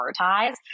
prioritize